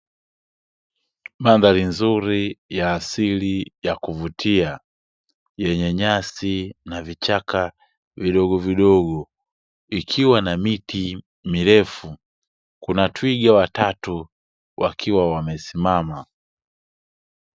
Mandhari nzuri ya asili ya kuvutia yenye nyasi na vichaka vidogovidogo ikiwa na miti mirefu; kuna twiga watatu wakiwa wamesimama.